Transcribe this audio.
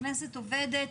הכנסת עובדת.